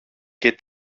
και